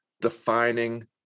defining